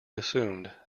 assumed